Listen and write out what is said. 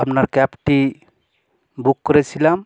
আপনার ক্যাবটি বুক করেছিলাম